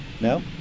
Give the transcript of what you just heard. No